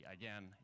again